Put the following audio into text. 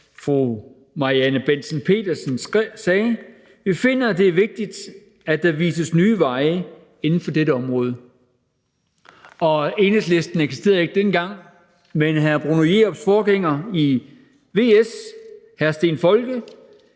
fru Marianne Bentsen-Pedersen, sagde: Vi finder det vigtigt, at der vises nye veje inden for dette område. Og Enhedslisten eksisterede ikke dengang, men hr. Bruno Jerups forgænger i VS, hr. Steen Folke,